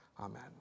Amen